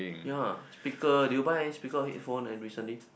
ya speaker did you buy any speaker or headphone recently